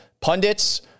pundits